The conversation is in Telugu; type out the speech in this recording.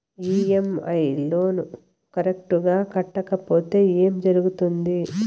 ఇ.ఎమ్.ఐ లోను కరెక్టు గా కట్టకపోతే ఏం జరుగుతుంది